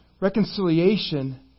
Reconciliation